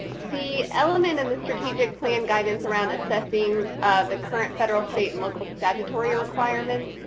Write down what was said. the element in the strategic plan guidance around assessing the current federal, state, and local statutory requirements,